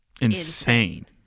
insane